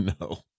No